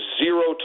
zero